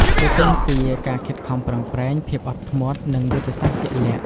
វាទាមទារការខិតខំប្រឹងប្រែង ភាពអត់ធ្មត់ និងយុទ្ធសាស្ត្រជាក់លាក់។